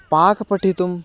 पाकं पठितुं